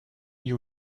you